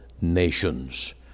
nations